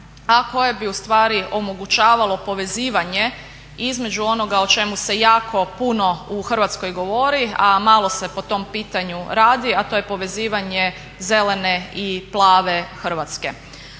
a koje bi ustvari omogućavalo povezivanje između onoga o čemu se jako puno u Hrvatskoj govori a malo se po tom pitanju radi a to je povezivanje zelene i plave Hrvatske.